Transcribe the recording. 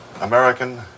American